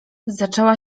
zaczęła